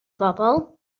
bobol